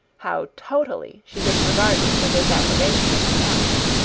how totally she disregarded her disapprobation of the match.